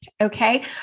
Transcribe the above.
Okay